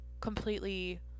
completely